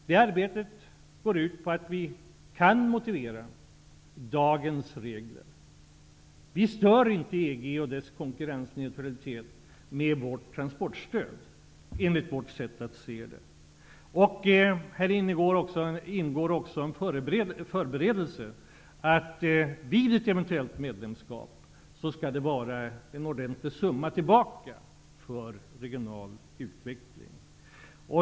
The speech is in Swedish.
Det arbetet går ut på att vi skall kunna motivera dagens regler. Vi stör enligt vårt sätt att se inte EG och dess konkurrensneutralitet med vårt transportstöd. Här ingår också en förberedelse. Vid ett eventuellt medlemskap skall det komma en rejäl summa tillbaka för regional utveckling.